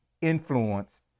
influence